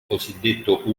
cosiddetto